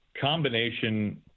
combination